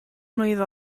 mlwydd